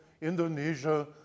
Indonesia